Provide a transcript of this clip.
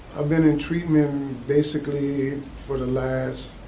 i been in treatment um basically for the last